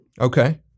Okay